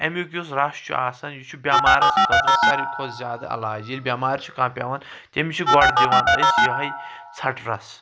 امیک یس رس چھ آسان یہِ چھ بؠمارس خٲطرٕ ساروے کھۄتہٕ علاج ییٚلہِ بؠمار چھ کانہہ پؠوان تمس چھِ گۄڑٕ دوان أسی یوٚہے ژھٹہٕ رس